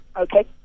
Okay